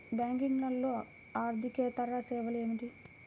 బ్యాంకింగ్లో అర్దికేతర సేవలు ఏమిటీ?